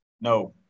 no